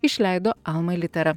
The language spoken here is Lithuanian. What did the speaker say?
išleido alma litera